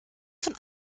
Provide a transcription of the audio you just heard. von